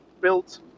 built